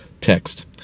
text